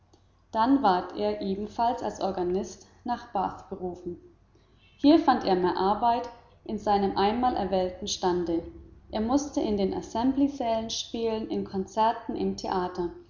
dann ward er ebenfalls als organist nach bath berufen hier fand er mehr arbeit in seinem einmal erwählten stande er mußte in den assemblee sälen spielen in konzerten im theater